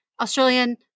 Australian